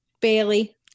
Bailey